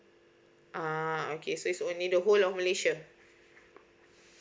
uh okay so is only the whole of malaysia